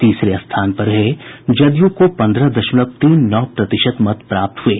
तीसरे स्थान पर रहे जदयू को पन्द्रह दशमलव तीन नौ प्रतिशत मत प्राप्त हुये